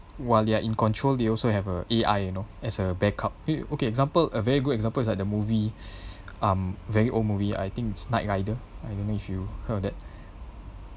while they're in control they also have a A_I you know as a backup o~ okay example a very good example is like the movie um very old movie I think it's knight rider I don't know if you've heard of that